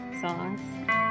songs